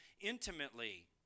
intimately